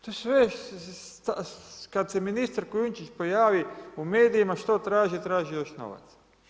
To je sve, kada se ministar Kujundžić pojavi u medijima, što traži, traži još novaca.